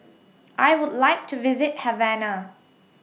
I Would like to visit Havana